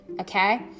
Okay